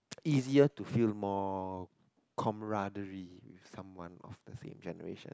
easier to feel more comradery with someone of the same generation